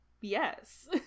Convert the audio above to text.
yes